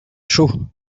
chaud